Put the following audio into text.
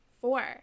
Four